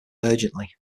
urgently